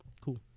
Cool